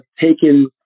taken